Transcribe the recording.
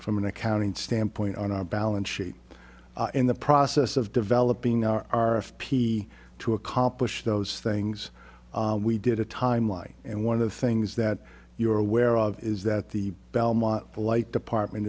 from an accounting standpoint on our balance sheet in the process of developing our p to accomplish those things we did a timeline and one of the things that you're aware of is that the belmont light department